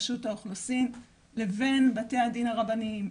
רשות האוכלוסין לבין בתי הדין הרבניים,